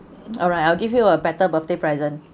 alright I'll give you a better birthday present